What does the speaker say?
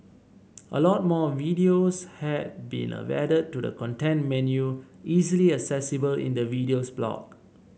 a lot more videos have been added to the content menu easily accessible in the Videos block